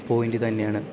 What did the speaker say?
point തന്നെയാണ്